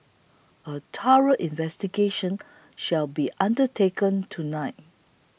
a thorough investigation shall be undertaken tonight